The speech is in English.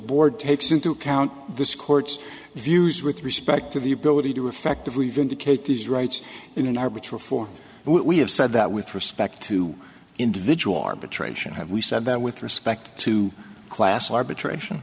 board takes into account this court's views with respect to the ability to effectively vindicate these rights in an arbiter for we have said that with respect to individual arbitration have we said that with respect to class arbitration